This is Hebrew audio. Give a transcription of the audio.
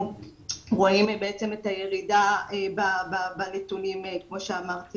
רואים בעצם את הירידה בנתונים כמו שאמרתי